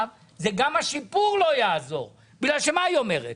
- גם השיפור לא יעזור כי מה היא אומרת?